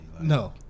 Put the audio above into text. No